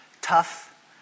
tough